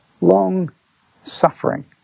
long-suffering